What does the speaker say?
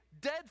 dead